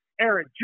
Aaron